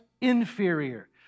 inferior